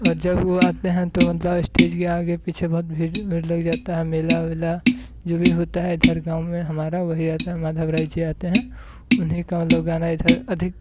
और जब वो आते हैं तो मतलब स्टेज के आगे पीछे बहुत भीड़ भीड़ लग जाता है मेला वेला जो भी होता है इधर हमारा गाँव में हमारा वही माधव राय जी आते हैं उन्हीं का मतलब गाना इधर अधिक